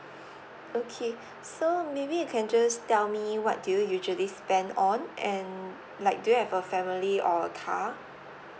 okay so maybe you can just tell me what do you usually spend on and like do you have a family or a car